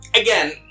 again